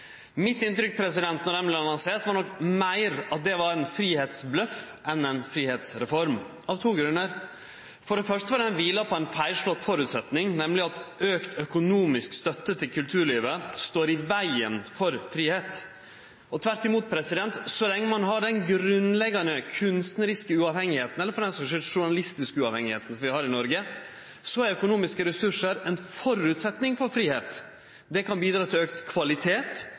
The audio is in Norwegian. Mitt inntrykk, då ho vart lansert, var nok meir at det var ein fridomsbløff enn ei fridomsreform. Det var av to grunnar: for det første fordi ho kviler på ein feilslått føresetnad, nemleg at auka økonomisk støtte til kulturlivet står i vegen for fridom. Det er tvert imot: Så lenge ein har det grunnleggjande kunstnariske sjølvstendet, eller det grunnleggjande journalistiske sjølvstendet, for den sakas skuld, som vi har i Noreg, er økonomiske ressursar ein føresetnad for fridom. Det kan bidra til